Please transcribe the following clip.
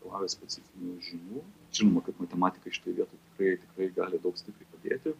reikalauja specifinių žinių žinoma kad matematika šitoj vietoj tai tikrai gali daug stipriai padėti